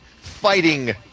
fighting